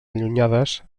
allunyades